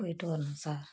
போய்ட்டு வரணும் சார்